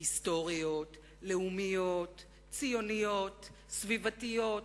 היסטוריות, לאומיות, ציוניות, סביבתיות,